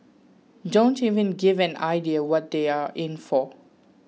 don't even give an idea what they are in for